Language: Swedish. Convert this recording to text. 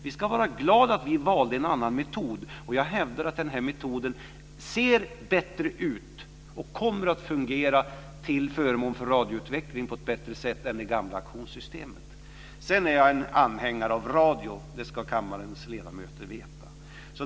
Vi ska vara glada att vi valde en annan metod, och jag hävdar att den här metoden ser bättre ut och kommer att fungera till förmån för radioutvecklingen på ett bättre sätt än det gamla auktionssystemet. Jag är anhängare av radio. Det ska kammarens ledamöter veta.